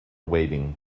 waiting